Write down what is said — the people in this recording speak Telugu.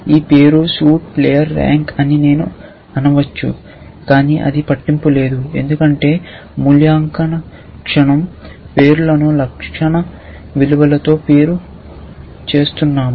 ఈ పేరు సూట్ ప్లేయర్ ర్యాంక్ అని నేను అనవచ్చు కాని అది పట్టింపు లేదు ఎందుకంటే మనంలక్షణ పేర్లను లక్షణ విలువలతో వేరు చేస్తున్నాము